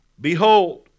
Behold